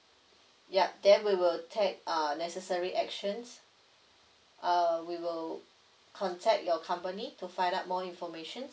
ya then we will take uh necessary actions uh we will contact your company to find out more information